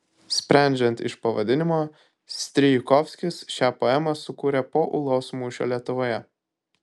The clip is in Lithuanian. sprendžiant iš pavadinimo strijkovskis šią poemą sukūrė po ulos mūšio lietuvoje